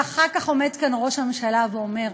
ואחר כך עומד כאן ראש הממשלה ואומר: